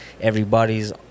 everybody's